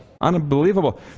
unbelievable